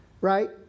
right